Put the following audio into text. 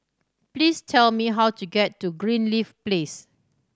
please tell me how to get to Greenleaf Place